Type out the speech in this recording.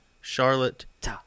Charlotte